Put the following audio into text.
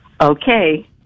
Okay